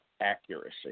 accuracy